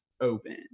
open